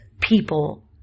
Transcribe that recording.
people